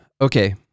Okay